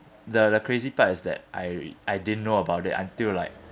the the crazy part is that I I didn't know about it until like